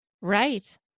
Right